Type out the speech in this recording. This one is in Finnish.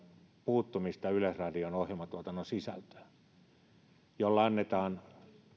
puuttumista yleisradion ohjelmatuotannon sisältöön politiikan keinoin jolloin annetaan